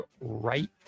right